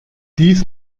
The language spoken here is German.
dies